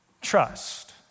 trust